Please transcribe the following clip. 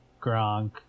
Gronk